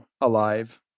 alive